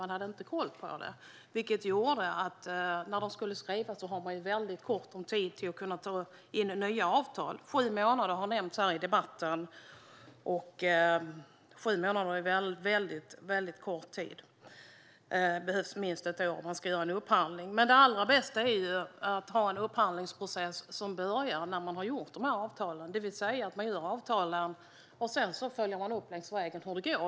Man hade inte koll på det, vilket gjorde att när avtalen skulle skrivas hade man väldigt kort om tid på sig för att ta in nya avtal. Sju månader har nämnts här i debatten, och det är en väldigt kort tid. Det behövs minst ett år om man ska göra en upphandling. Det allra bästa är dock att ha en upphandlingsprocess som börjar när man har slutit avtalen. Det innebär att man sluter avtalen och sedan följer upp längs vägen hur det går.